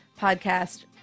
podcast